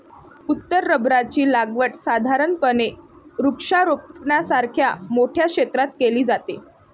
उत्तर रबराची लागवड साधारणपणे वृक्षारोपणासारख्या मोठ्या क्षेत्रात केली जाते